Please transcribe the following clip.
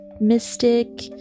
mystic